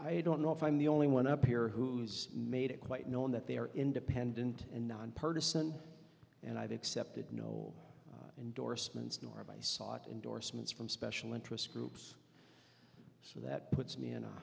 i don't know if i'm the only one up here who's made it quite known that they are independent and nonpartisan and i've accepted no endorsements nor am i sought indorsements from special interest groups so that puts me in a